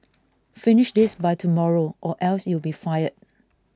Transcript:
finish this by tomorrow or else you'll be fired